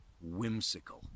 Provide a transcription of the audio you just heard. whimsical